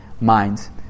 minds